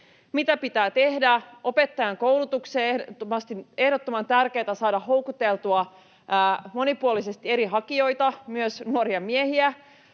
Mitä pitää tehdä? Opettajankoulutukseen on ehdottoman tärkeätä saada houkuteltua monipuolisesti eri hakijoita, myös nuoria miehiä.